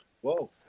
Whoa